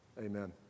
Amen